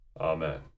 Amen